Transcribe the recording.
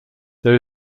there